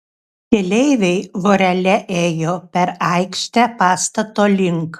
keleiviai vorele ėjo per aikštę pastato link